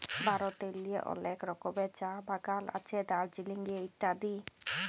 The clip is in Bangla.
ভারতেল্লে অলেক রকমের চাঁ বাগাল আছে দার্জিলিংয়ে ইত্যাদি